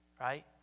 right